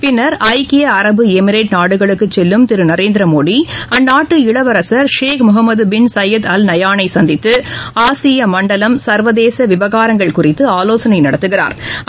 பின்னர் ஐக்கிய அரபு எமிரேட் நாடுகளுக்கு செல்லும் திரு நரேந்திரமோடி அந்நாட்டு இளவரசர் ஷேக் முகமது பின் சையத் அல் நயானை சந்தித்து ஆசிய மண்டலம் சர்வதேச விவகாரங்கள் குறித்து ஆலோசனை நடத்துகிறாள்